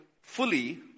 fully